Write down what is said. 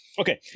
Okay